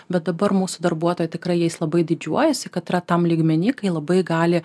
bet dabar mūsų darbuotojai tikrai jais labai didžiuojasi kad yra tam lygmeny kai labai gali